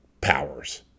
powers